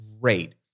great